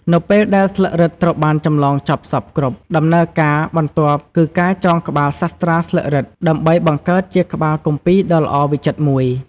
នៅពេលដែលស្លឹករឹតត្រូវបានចម្លងចប់សព្វគ្រប់ ដំណើរការបន្ទាប់គឺការចងក្បាលសាស្រ្តាស្លឹករឹតដើម្បីបង្កើតជាក្បាលគម្ពីរដ៏ល្អវិចិត្រមួយ។